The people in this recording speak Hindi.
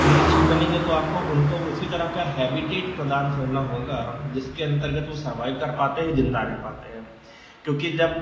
निरीक्षक बनेंगे तो आपको उनको उसी तरह का हैबिटैट प्रदान करना होगा जिसके अंतर्गत उ सर्वाइव कर पाते हैं ज़िंदा रह पाते हैं क्योंकि जब